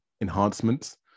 enhancements